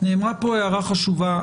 נאמרה פה הערה חשובה,